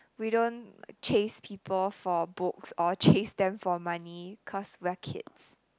we don't chase people for books or chase them for money cause we're kids